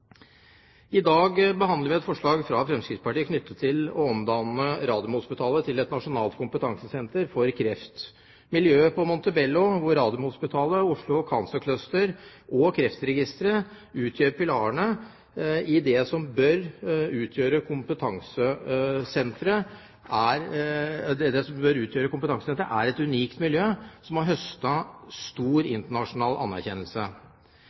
I dag behandler vi et forslag fra Fremskrittspartiet om å omdanne Radiumhospitalet til et nasjonalt kompetansesenter for kreft. Miljøet på Montebello, hvor Radiumhospitalet, Oslo Cancer Cluster og Kreftregisteret utgjør pilarene i det som bør utgjøre kompetansesenteret, er et unikt miljø som